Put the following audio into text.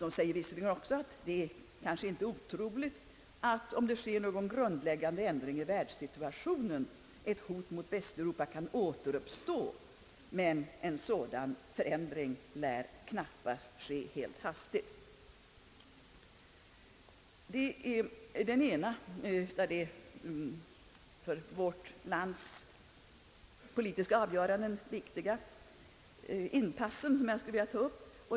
De säger visserligen också, att det inte är otroligt att det, om grundläggande förändringar i världssituationen sker, kan återuppstå ett hot mot Västeuropa. Men en sådan förändring lär knappast ske helt hastigt. Detta är det ena av de för vårt lands politiska avgöranden viktiga inpass, som jag skulle vilja ta upp.